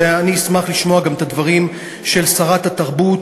ואשמח לשמוע גם את הדברים של שרת התרבות,